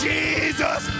Jesus